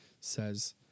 says